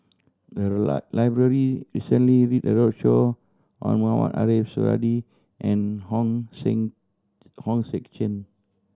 the lie library recently did a roadshow on Mohamed Ariff Suradi and hong sing Hong Sek Chern